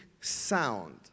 sound